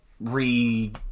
re-